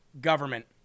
government